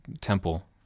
temple